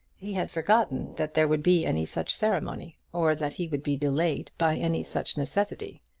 he had forgotten that there would be any such ceremony, or that he would be delayed by any such necessity.